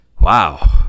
Wow